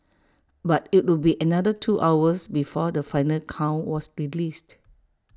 but IT would be another two hours before the final count was released